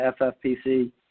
FFPC